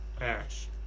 ash